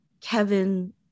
Kevin